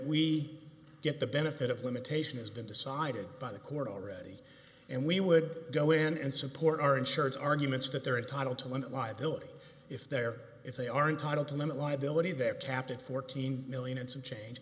we get the benefit of limitation has been decided by the court already and we would go in and support our insurance arguments that they're entitled to one liability if they're if they are entitled to limit liability they're kept at fourteen million and some change